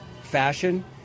fashion